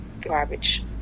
garbage